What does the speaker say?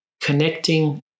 Connecting